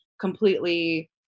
completely